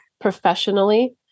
professionally